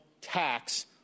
tax